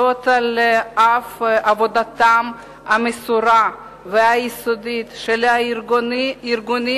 זאת על אף עבודתם המסורה והיסודית של הארגונים